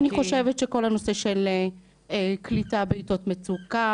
אני חושבת שכל הנושא הזה של קליטה בעתות מצוקה,